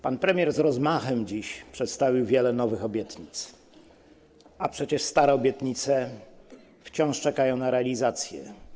Pan premier z rozmachem przedstawił dziś wiele nowych obietnic, a przecież stare obietnice wciąż czekają na realizację.